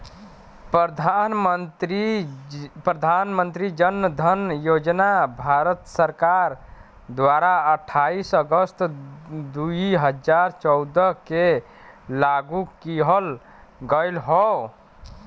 प्रधान मंत्री जन धन योजना भारत सरकार द्वारा अठाईस अगस्त दुई हजार चौदह के लागू किहल गयल हौ